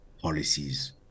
policies